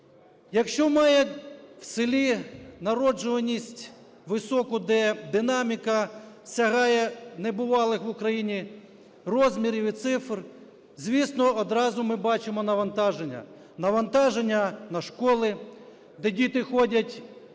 Якщо має село народжуваність високу, де динаміка сягає небувалих в Україні розмірів і цифр, звісно, одразу ми бачимо навантаження. Навантаження на школи, де діти ходять